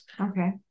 Okay